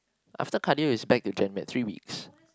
after cardio it's back to gen med so about three weeks